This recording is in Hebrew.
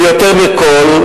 ויותר מכול,